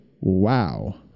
wow